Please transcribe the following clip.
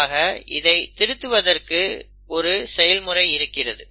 ஆக இதை திருத்துவதற்கு ஒரு செயல்முறை இருக்கிறது